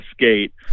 skate